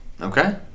Okay